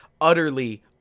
utterly